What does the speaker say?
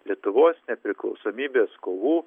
lietuvos nepriklausomybės kovų